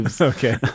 Okay